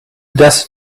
desert